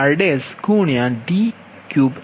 2ln DrDn3D3 mHKm0